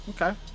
Okay